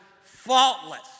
faultless